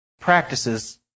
practices